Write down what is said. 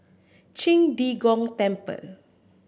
Qing De Gong Temple